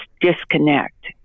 disconnect